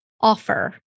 offer